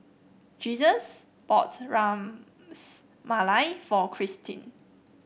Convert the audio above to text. Jesus bought Rams Malai for Kristine